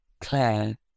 Claire